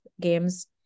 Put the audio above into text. games